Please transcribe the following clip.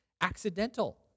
accidental